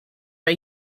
are